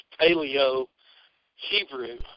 Paleo-Hebrew